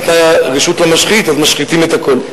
כיוון שניתנה רשות למשחית אז משחיתים את הכול.